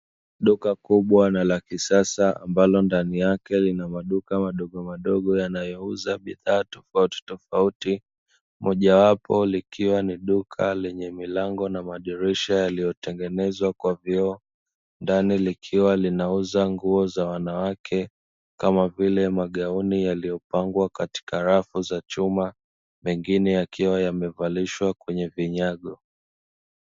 Duka kubwa na la kisasa ambalo ndani yake lina maduka madogomadogo yanayouza bidhaa tofautitofauti, moja wapo likiwa ni duka lenye milango na madirisha yaliyotengenezwa kwa vioo, ndani likiwa linauza nguo za wanawake kama vile magauni yaliyopangwa katika rafu za chuma mengine yakiwa yamevalishwa kwenye vinyago.